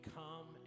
come